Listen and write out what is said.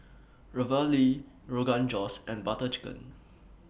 Ravioli Rogan Josh and Butter Chicken